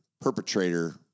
perpetrator